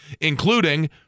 including